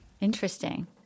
Interesting